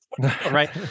right